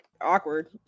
Awkward